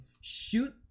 shoot